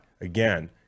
Again